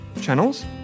channels